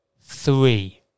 three